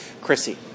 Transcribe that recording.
Chrissy